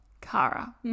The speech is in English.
Kara